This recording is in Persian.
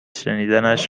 شنیدنش